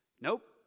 Nope